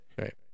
Right